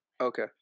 Okay